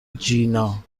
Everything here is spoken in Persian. جینا